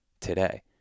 today